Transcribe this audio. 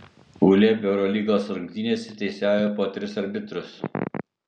uleb eurolygos rungtynėse teisėjauja po tris arbitrus